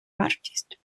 вартість